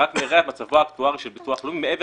ורק מרע את מצבו האקטוארי של הביטוח הלאומי.